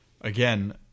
again